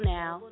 now